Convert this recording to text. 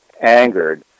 angered